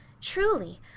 Truly